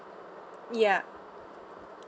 ya